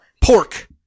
Pork